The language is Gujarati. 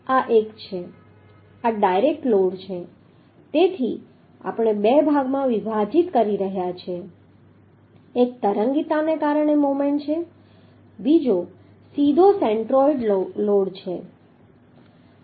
આ ડાયરેક્ટ લોડ છે તેથી આપણે બે ભાગમાં વિભાજિત કરી રહ્યા છીએ એક તરંગીતાને કારણે મોમેન્ટ છે બીજો સીધો સેન્ટ્રોઇડ લોડ છે